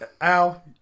Al